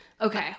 Okay